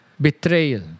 betrayal